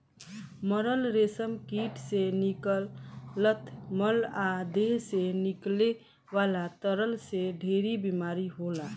मरल रेशम कीट से निकलत मल आ देह से निकले वाला तरल से ढेरे बीमारी होला